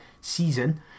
season